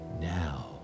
now